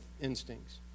instincts